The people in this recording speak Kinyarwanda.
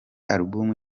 album